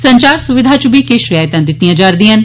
संचार सुविधा च बी किश रियायतां दितियां जारदियां न